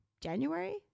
January